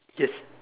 yes